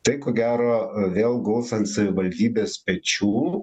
tai ko gero vėl guls ant savivaldybės pečių